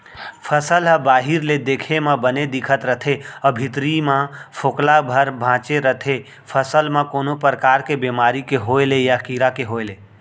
फसल ह बाहिर ले देखे म बने दिखत रथे अउ भीतरी म फोकला भर बांचे रथे फसल म कोनो परकार के बेमारी के होय ले या कीरा के होय ले